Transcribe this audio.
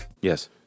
Yes